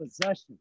possession